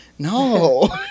No